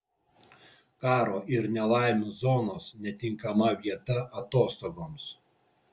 karo ir nelaimių zonos netinkama vieta atostogoms